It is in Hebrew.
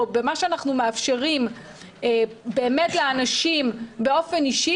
במה שאנחנו מאפשרים באמת לאנשים באופן אישי,